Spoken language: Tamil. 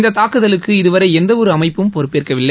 இந்தத் தாக்குதலுக்கு இதுவரை எந்தவொரு அமைப்பும் பொறுப்பேற்கவில்லை